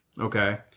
Okay